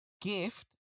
gift